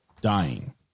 dying